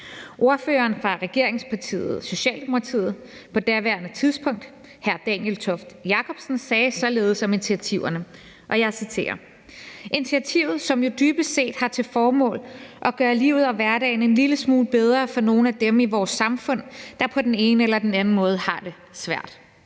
Ordføreren fra regeringspartiet Socialdemokratiet, som på daværende tidspunkt var hr. Daniel Toft Jakobsen, sagde således om initiativerne: »... initiativer, som jo dybest set har til formål at gøre livet og hverdagen en lille smule bedre for nogle af dem i vores samfund, der på den ene eller den anden måde har det svært.